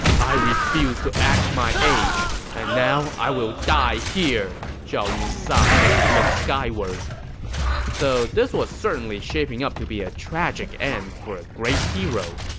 i refused to act my age, and now i will die here! zhao yun sighed as he looked skyward so this was certainly shaping up to be a tragic end for a great hero.